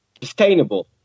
sustainable